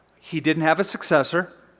he didn't have a successor.